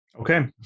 Okay